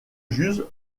juge